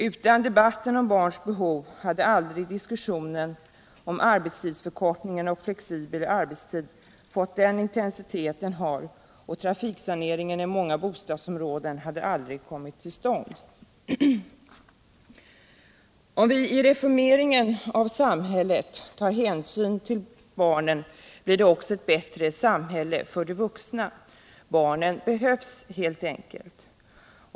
Utan debatten om barns behov hade aldrig diskussionen om arbetstidsförkortning och flexibel arbetstid fått den intensitet som den har, och trafiksaneringen i många bostadsområden hade aldrig kommit till stånd. Om vi i reformeringen av samhället tar hänsyn till barnen blir det också ett bättre samhälle för de vuxna. Barnen behövs helt enkelt.